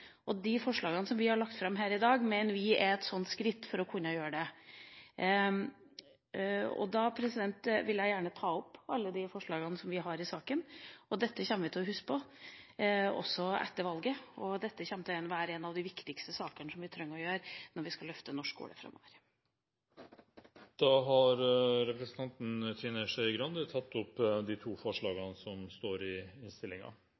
kunnskapen. De forslagene som vi har lagt fram her i dag, mener vi er et skritt for å kunne gjøre det. Da vil jeg gjerne ta opp de forslagene som vi har i saken. Dette kommer vi til å huske på også etter valget, og dette kommer til å være en av de viktigste tingene vi trenger å gjøre når vi skal løfte norsk skole framover. Representanten Trine Skei Grande har tatt opp de forslagene hun refererte til. Jeg har lyst til å starte med et sitat. «All makt i